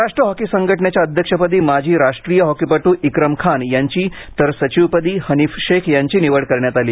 Maharashtra hockey संघटनेच्या अध्यक्षपदी माजी राष्ट्रीय हॉकीपटू इक्रम खान यांची तर सचिवपदी हनिफ शेख यांची निवड करण्यात आली